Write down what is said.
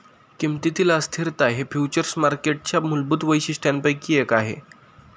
किमतीतील अस्थिरता हे फ्युचर्स मार्केटच्या मूलभूत वैशिष्ट्यांपैकी एक आहे